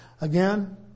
Again